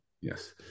yes